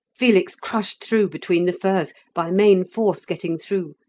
felix crushed through between the firs, by main force getting through,